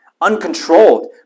uncontrolled